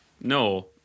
No